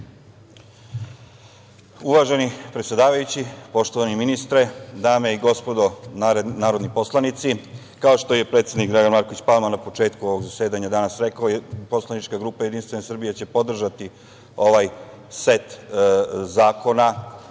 Uvaženi predsedavajući, poštovani ministre, dame i gospodo narodni poslanici, kao što je predsednik Dragan Marković Palma na početku ovog zasedanja danas rekao, poslanička grupa JS će podržati ovaj set zakona